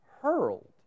hurled